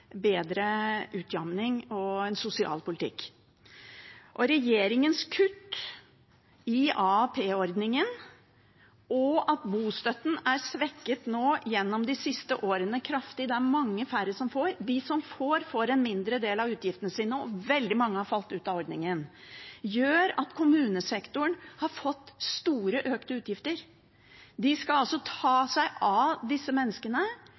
bedre utjamning og en sosial politikk. Regjeringens kutt i AAP-ordningen og det at bostøtten er kraftig svekket de siste årene – det er mange færre som får, og de som får, får en mindre del av utgiftene sine dekket, og veldig mange er falt ut av ordningen – gjør at kommunesektoren har fått store økte utgifter. De skal altså ta seg av disse menneskene